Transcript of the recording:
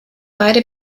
beide